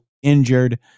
injured